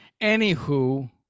Anywho